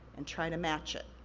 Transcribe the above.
and try to match it.